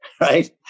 Right